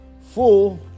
full